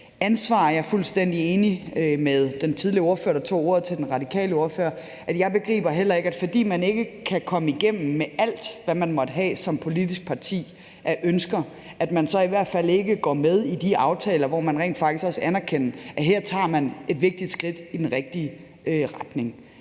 Jeg er fuldstændig enig med den tidligere ordfører, der tog ordet i forhold til den radikale ordfører: Jeg begriber heller ikke, at fordi man ikke kan komme igennem med alt, hvad man måtte have af ønsker som politisk parti, så går man i hvert fald ikke med i de aftaler, hvor man rent faktisk også anerkender, at her tager man et vigtigt skridt i den rigtige retning.